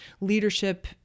leadership